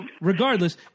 regardless